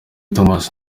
thomas